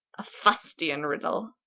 a fustian riddle!